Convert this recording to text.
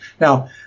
Now